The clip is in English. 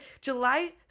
July